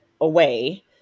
away